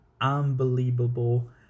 unbelievable